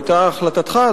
היה החלטתך,